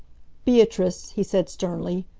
beatrice, he said sternly,